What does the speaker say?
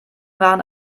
waren